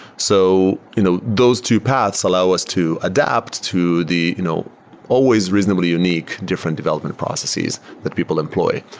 so you know those two paths allow us to adapt to the you know always reasonably unique different development processes that people employ.